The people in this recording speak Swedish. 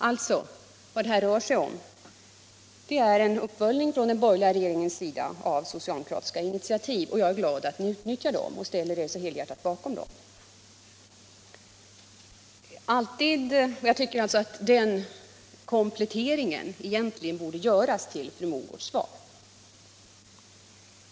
Alltså: vad det här rör sig om är em uppföljning från den borgerliga 179 regeringens sida av socialdemokratiska initiativ, och jag är glad över att ni utnyttjar dem och ställer er så helhjärtat bakom dem. Den kompletteringen tycker jag borde göras till fru Mogårds svar.